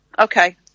Okay